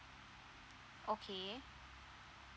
okay